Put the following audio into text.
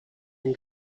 and